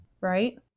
Right